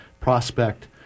Prospect